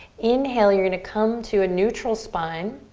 inhale, you're gonna come to a neutral spine.